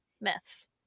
myths